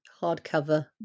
hardcover